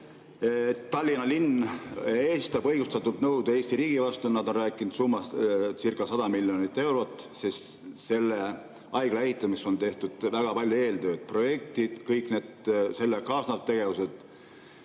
Tallinna linn esitab õigustatud nõude Eesti riigi vastu. Nad on rääkinudcirca100 miljonist eurost, sest selle haigla ehitamiseks on tehtud väga palju eeltööd – projektid ja kõik sellega kaasnevad tegevused.